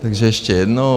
Takže ještě jednou.